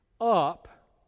up